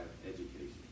education